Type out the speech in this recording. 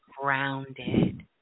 grounded